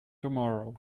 tomorrow